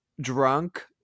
Drunk